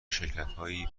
شرکتهایی